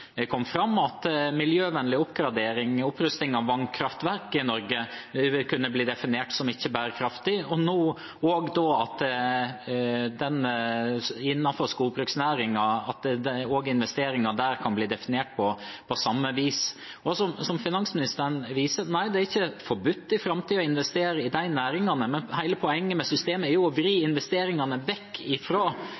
fram at miljøvennlig opprustning av vannkraftverk i Norge vil kunne bli definert som ikke bærekraftig, og nå at også investeringer innenfor skogbruksnæringen kan bli definert på samme vis. Som finansministeren viser til: Nei, det er ikke forbudt i framtiden å investere i de næringene, men hele poenget med systemet er jo å vri